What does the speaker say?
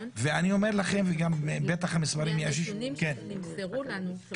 אני אומר לכם וגם בטח המספרים -- מהנתונים שנמסרו לנו,